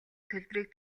төлбөрийг